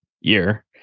year